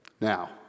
Now